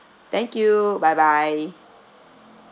thank you bye bye